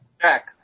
Jack